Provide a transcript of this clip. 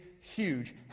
Huge